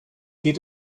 geht